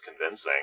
convincing